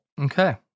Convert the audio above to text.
Okay